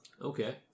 Okay